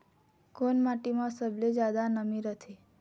कोन माटी म सबले जादा नमी रथे?